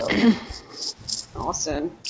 Awesome